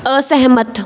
ਅਸਹਿਮਤ